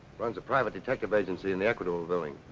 runs a private detective agency in the equitable building.